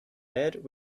bed